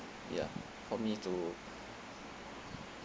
ya for me to